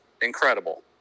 incredible